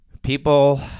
People